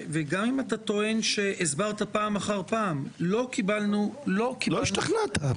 וגם אם אתה טוען שהסברת פעם אחר פעם לא קיבלנו --- לא השתכנעת.